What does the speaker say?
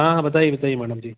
हाँ हाँ बताइए बताइए मैडम जी